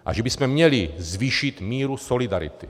A že bychom měli zvýšit míru solidarity.